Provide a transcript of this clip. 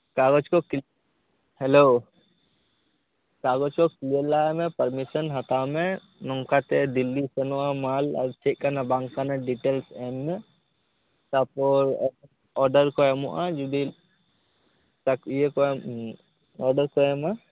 ᱠᱟᱜᱟᱡᱽ ᱠᱚ ᱦᱮᱞᱳ ᱠᱟᱜᱟᱡᱽ ᱠᱚ ᱠᱞᱤᱭᱟ ᱨ ᱞᱟᱦᱟᱭ ᱢᱮ ᱯᱟᱨᱢᱤᱥᱚᱱ ᱦᱟᱛᱟᱣ ᱢᱮ ᱱᱚᱝᱠᱟᱛᱮ ᱫᱤᱞᱞᱤ ᱥᱮᱱᱚᱜ ᱟ ᱢᱟᱞ ᱟᱨ ᱪᱮᱫ ᱠᱟᱱᱟ ᱵᱟᱝ ᱠᱟᱱᱟ ᱰᱤᱴᱮᱞᱥ ᱮᱢᱼᱢᱮ ᱛᱟᱯᱚᱨ ᱚᱰᱚᱨ ᱠᱚ ᱮᱢᱚᱜ ᱟ ᱡᱩᱫᱤ ᱪᱟᱠ ᱤᱭᱟ ᱩᱸ ᱚᱰᱟᱨ ᱠᱚ ᱮᱢᱟ